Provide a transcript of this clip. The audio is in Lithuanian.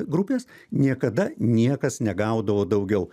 grupės niekada niekas negaudavo daugiau